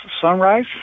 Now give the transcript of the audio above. Sunrise